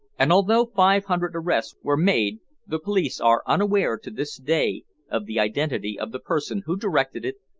and although five hundred arrests were made the police are unaware to this day of the identity of the person who directed it,